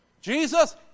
Jesus